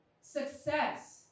success